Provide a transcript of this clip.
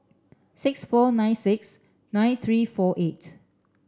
six four nine six nine three four eight